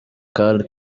kale